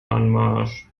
anmarsch